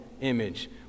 image